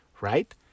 right